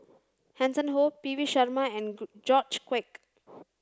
Hanson Ho P V Sharma and George Quek